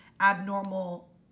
abnormal